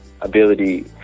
ability